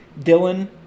Dylan